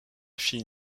fille